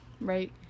right